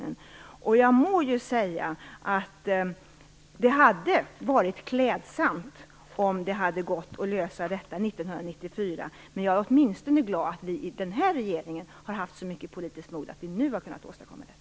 Men det har tagit tid, och det beklagar jag. Jag må säga att det hade varit klädsamt om detta hade gått att lösa 1994, men jag är åtminstone glad att vi i den här regeringen har haft så mycket politiskt mod att vi nu har kunnat åstadkomma detta.